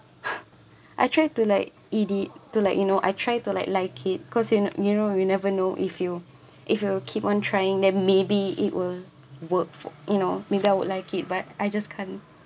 I try to like eat it to like you know I try to like like it because you know you know you never know if you if you keep on trying them maybe it will work for you know maybe I would like it but I just can't